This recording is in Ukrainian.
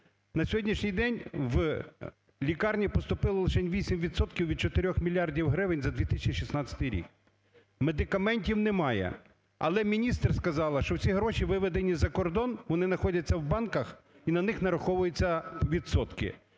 На сьогоднішній день в лікарні поступило лишень 8 відсотків від 4 мільярдів гривень за 2016 рік. Медикаментів немає. Але міністр сказала, що всі гроші виведені за кордон, вони знаходяться в банках і на них нараховуються відсотки.